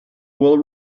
will